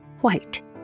white